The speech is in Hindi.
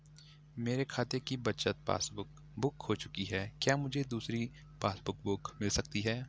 मेरे खाते की बचत पासबुक बुक खो चुकी है क्या मुझे दूसरी पासबुक बुक मिल सकती है?